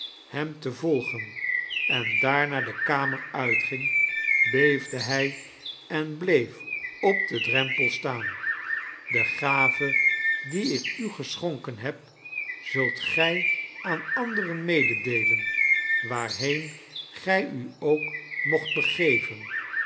hem te volgen en daarna de kamer uitging beefde hij en bleef op den drempel staan de gave die ik u geschonken heb zult gij aaja anderen meedeelen waarheen gij u ook moogt begeven